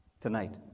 Tonight